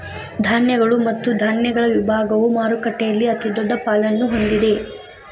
ಧಾನ್ಯಗಳು ಮತ್ತು ಧಾನ್ಯಗಳ ವಿಭಾಗವು ಮಾರುಕಟ್ಟೆಯಲ್ಲಿ ಅತಿದೊಡ್ಡ ಪಾಲನ್ನು ಹೊಂದಿದೆ